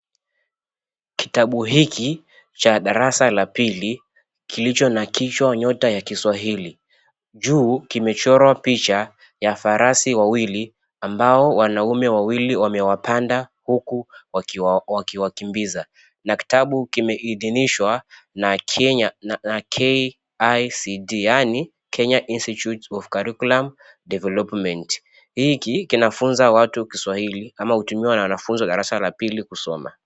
Kitabu hiki cha darasa la pili kilichonakishwa nyota ya Kiswahili. Juu kimechorwa picha ya farasi wawili ambao wanaume wawili wamewapanda huku wakiwakimbiza na kitabu kimeidhinishwa na KIC Diani Kenya Institute of Curriculum Development, hiki kinafunza watu kiswahili ama hutumiwa na wanafunzi wa darasa la pili kusoma.